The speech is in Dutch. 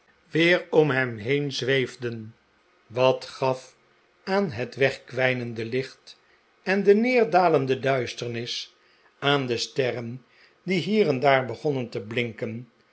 weer om hem heen zweefden wat gaf aan het wegkwijnende licht en de neerdalende duisternis aan de sterren die hier en daar begonnen te blinken